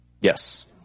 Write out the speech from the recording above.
Yes